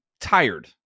tired